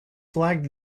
flagged